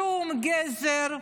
שום, גזר,